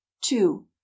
two